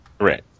Right